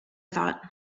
thought